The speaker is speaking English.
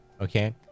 okay